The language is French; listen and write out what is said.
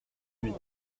huit